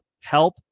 help